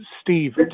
Steve